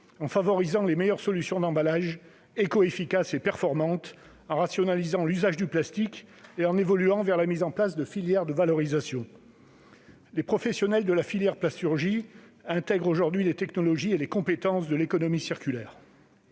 en favorisant les meilleures solutions d'emballage éco-efficaces et performantes, en rationalisant l'usage du plastique et en évoluant vers la mise en place de filières de valorisation des déchets. Les professionnels de la filière plasturgie intègrent aujourd'hui les technologies et les compétences de l'économie circulaire.